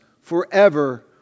forever